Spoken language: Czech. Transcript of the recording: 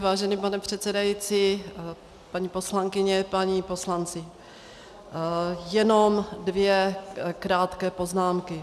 Vážený pane předsedající, paní poslankyně, páni poslanci, jenom dvě krátké poznámky.